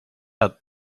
hat